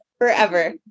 Forever